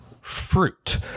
fruit